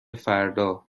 فردا